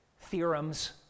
theorems